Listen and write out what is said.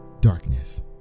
darkness